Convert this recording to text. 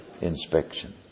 inspection